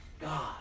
God